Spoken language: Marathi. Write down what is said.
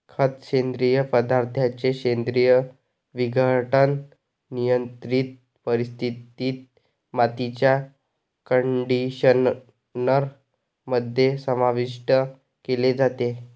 खत, सेंद्रिय पदार्थांचे सेंद्रिय विघटन, नियंत्रित परिस्थितीत, मातीच्या कंडिशनर मध्ये समाविष्ट केले जाते